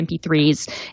MP3s